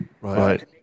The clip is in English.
right